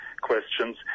questions